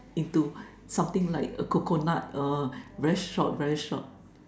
into something like a coconut err very short very short